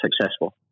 successful